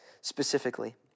specifically